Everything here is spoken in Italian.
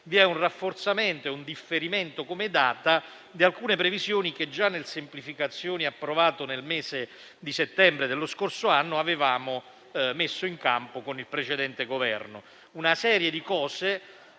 vi è un rafforzamento e un differimento di data di alcune previsioni che già nel decreto-legge semplificazioni, approvato nel mese di settembre dello scorso anno, avevamo messo in campo con il precedente Governo.